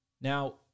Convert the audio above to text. Now